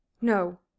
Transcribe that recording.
No